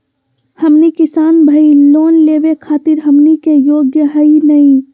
हमनी किसान भईल, लोन लेवे खातीर हमनी के योग्य हई नहीं?